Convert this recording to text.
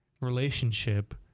relationship